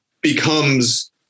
becomes